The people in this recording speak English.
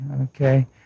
okay